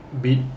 Beat